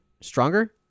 stronger